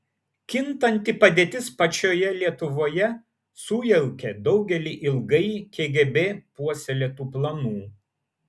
kintanti padėtis pačioje lietuvoje sujaukė daugelį ilgai kgb puoselėtų planų